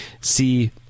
see